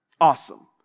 Awesome